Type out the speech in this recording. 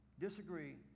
disagree